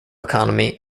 economy